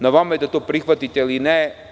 Na vama je da to prihvatite ili ne.